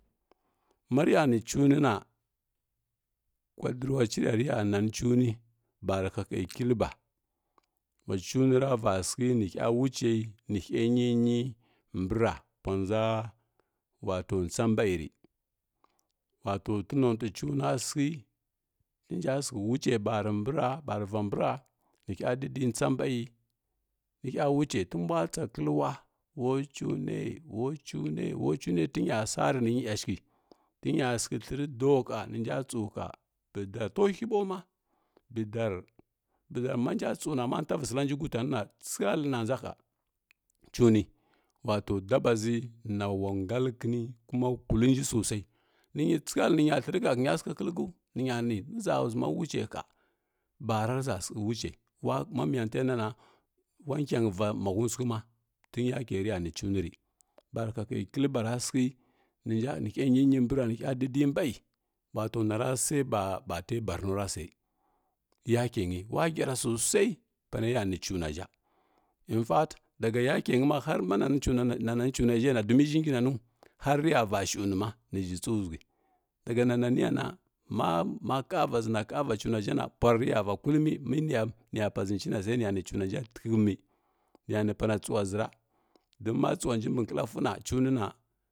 Ma rəya ni cunə na kwa dəllawa cəla rə ya manə cunə ba kwa rə hahəghə kilba wa avə ra va səghə ni hya wucə nə hyə nyi-nyi mbəra pwa dʒa wato ntsa ɓai vi wato tə nanatəi cuna səghə rənja səghə wucy ba rə mbəra barəva nbəra nə hya dədintsa mbai ri rə hya wucəi rə mbuwa tsa kəlləwa wo-cune-wo-cunə tə nya sarəi nə həny yashəghə tə nya səghə thlərə doo ba nənja tsəu ha to hui ɓaw ma gə-to hui baw ma gəgarr-gəger ma tavə səllanji gudanəna tsəghal na dʒa ha cuni wato daba ʒəy na wangal kəni kuma kulli nji sosai nə nyi tsəghallə nə nya ni hə nya thcərə kəlku ʒa ʒəma wuka ha bara rə həʒa səghə wucə wa ma miya təghə ninana wa nkianghə va ‘ma huntsəghə ma tən yakə rə ya ni cuni ri ba rə ha həghə kilba ra səghə nənja nə hya niy-niy mbəra nə hya dədi mbayi wato na ra səghi ba tə barno ra səghi tə ya kə nyi wa giava sosai panə ya ni cunaʒ a in fats daga yakə nyi ma har ma na nanə cunaʒhə na domi ʒhi ngi nanu har və ya va shəw nə ma nə ʒhi tsəwa ʒəghə daga na nanə ya na mama kava ʒana kava cuna ʒhe pwar rə ya va kulumi mi niya niya ni pana tsəuwa ʒəra dun ma tsəwanji və nkəkafu na cunə na.